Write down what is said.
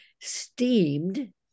steamed